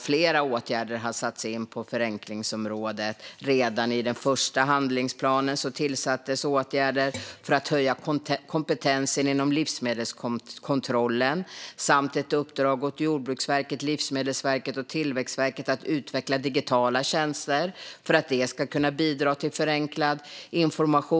Flera åtgärder har vidtagits på förenklingsområdet. Redan i och med den första handlingsplanen vidtogs åtgärder för att höja kompetensen inom livsmedelskontrollen. Det gavs i uppdrag åt Jordbruksverket, Livsmedelsverket och Tillväxtverket att utveckla digitala tjänster som bidrar till förenklad information.